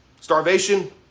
Starvation